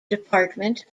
department